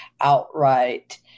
outright